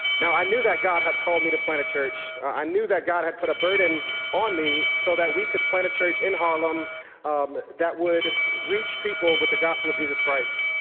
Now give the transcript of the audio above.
now i knew that god had called me to plant a church. i knew that god had put a burden on me so that we could plant a church in harlem um that would reach people with the gospel of jesus christ.